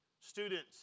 students